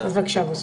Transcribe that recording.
בבקשה, בוסו.